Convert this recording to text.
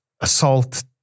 assault